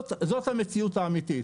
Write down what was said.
זאת המציאות האמיתית.